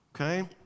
okay